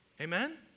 Amen